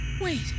Wait